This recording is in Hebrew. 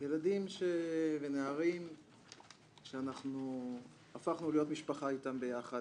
אלה נערים שאנחנו הפכנו להיות משפחה איתם ביחד.